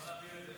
סעיפים 1